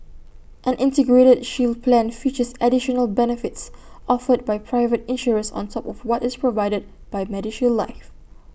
an integrated shield plan features additional benefits offered by private insurers on top of what is provided by medishield life